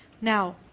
Now